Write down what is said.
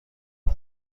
این